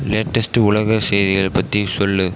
latest உலக செய்திகள் பற்றி சொல்